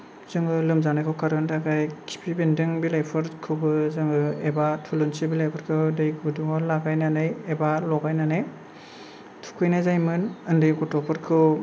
जोङो लोमजानायखौ खारहोनो थाखाय खिफि बेन्दों बिलाइफोरखौबो जोङो एबा थुलुंसि बिलाइफोरखौ दै गुदुङाव लागायनानै एबा लगायनानै थुखैनाय जायोमोन उन्दै गथ'फोरखौ